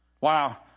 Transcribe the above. Wow